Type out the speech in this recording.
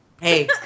Hey